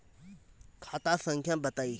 खाता संख्या बताई?